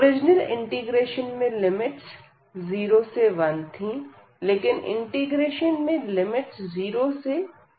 original integration में limits 0 से 1 थी लेकिन इंटीग्रेशन में लिमिट्स 0 से है